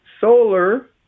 Solar